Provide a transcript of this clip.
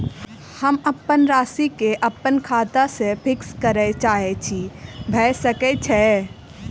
हम अप्पन राशि केँ अप्पन खाता सँ फिक्स करऽ चाहै छी भऽ सकै छै?